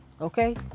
Okay